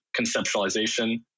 conceptualization